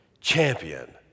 champion